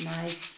Nice